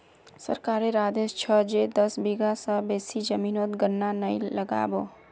सरकारेर आदेश छ जे दस बीघा स बेसी जमीनोत गन्ना नइ लगा बो